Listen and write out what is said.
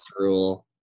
rule